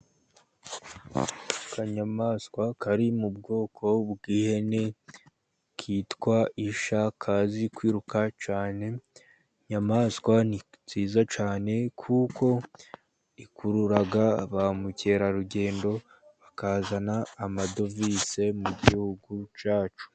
Akanyamaswa kari mu bwoko bw'ihene, kitwa ishya, kazi kwiruka cyane. Inyamaswa ni nziza cyane, kuko ikurura ba mukerarugendo, bakazana amadovize mu gihugu cyacu.